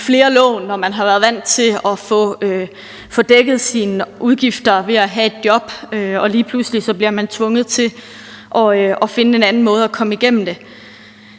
flere lån, når man har været vant til at få dækket sine udgifter ved at have et job, og lige pludselig bliver man tvunget til at finde en anden måde at komme igennem det